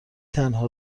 تنها